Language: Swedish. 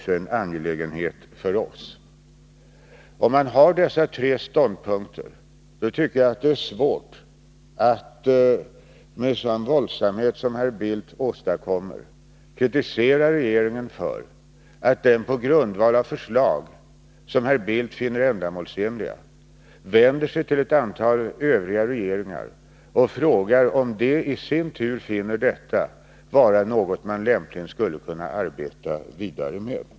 initiativ för att skapa en kärnvapenfri zon i Europa Om man har dessa tre ståndpunkter tycker jag att det skulle vara svårt att med en sådan våldsamhet som herr Bildt åstadkommer kritisera regeringen för att den på grundval av förslag som herr Bildt finner ändamålsenliga vänder sig till ett antal andra regeringar och frågar om de i sin tur finner detta vara något man lämpligen skulle kunna arbeta vidare med.